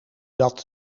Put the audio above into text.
dat